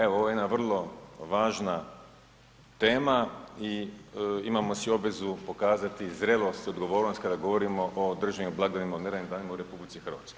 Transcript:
Evo, ovo je jedna vrlo važna tema i imamo si obvezu pokazati zrelost i odgovornost kada govorimo o državnim blagdanima i neradnim danima u RH.